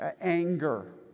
anger